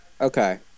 Okay